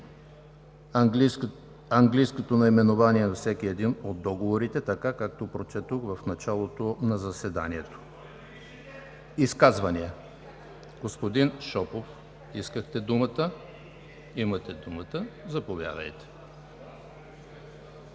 английското наименование на всеки един от договорите, така както прочетох в началото на заседанието. Изказвания? Господин Шопов, искахте думата. Заповядайте,